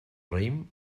raïm